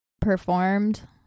performed